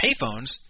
payphones